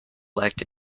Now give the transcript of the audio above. elect